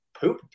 poop